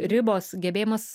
ribos gebėjimas